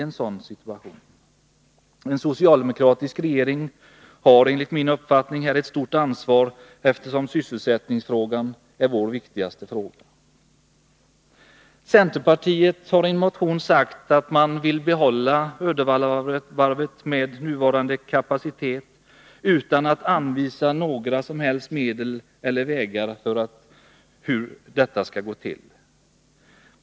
En socialdemokratisk regering har enligt min uppfattning här ett stort ansvar, eftersom sysselsättningsfrågan är vår viktigaste fråga. Centerpartiet har i en motion sagt att man vill behålla Uddevallavarvet med nuvarande kapacitet, utan att anvisa några som helst medel eller vägar för hur detta skall gå till.